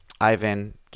ivan